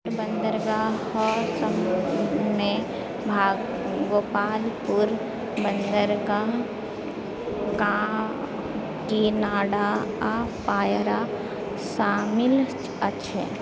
छोट बन्दरगाहसभमे गोपालपुर बन्दरगाह काकीनाडा आ पायरा शामिल अछि